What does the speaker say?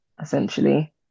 essentially